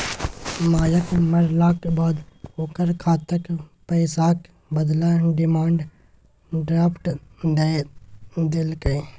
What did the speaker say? मायक मरलाक बाद ओकर खातक पैसाक बदला डिमांड ड्राफट दए देलकै